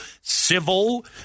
civil